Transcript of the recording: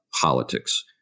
politics